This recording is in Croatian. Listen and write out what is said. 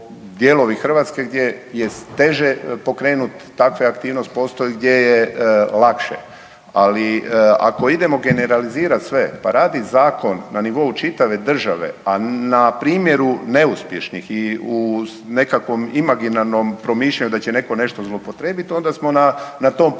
dijelovi Hrvatske gdje je teže pokrenuti takve aktivnosti, postoje gdje je lakše, ali ako idemo generalizirat sve pa radi zakon na nivou čitave države, a na primjeru neuspješnih i u nekakvom imaginarnom promišljanju da će neko nešto zloupotrebit onda smo na tom putu